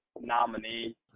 nominee